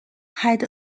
had